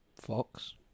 Fox